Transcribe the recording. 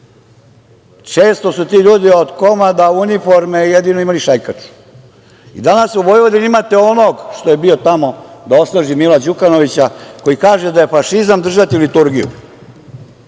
Često su ti ljudi od komada uniforme jedino imali šajkaču. Danas u Vojvodini imate onog što je bio tamo da osnaži Mila Đukanovića, koji kaže da je fašizam držati liturgiju.